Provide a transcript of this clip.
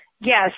Yes